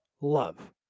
love